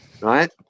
right